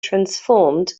transformed